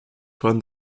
from